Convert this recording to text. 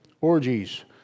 orgies